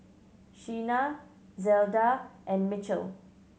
Shena Zelda and Mitchell